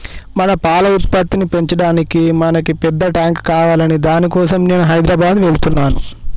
మన పాల ఉత్పత్తిని పెంచటానికి మనకి పెద్ద టాంక్ కావాలి దాని కోసం నేను హైదరాబాద్ వెళ్తున్నాను